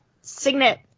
signet